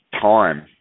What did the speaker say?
time